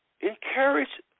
Encourage